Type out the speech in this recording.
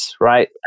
right